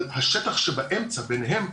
אבל השטח שבאמצע ביניהם,